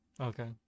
Okay